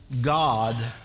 God